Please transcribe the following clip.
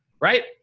right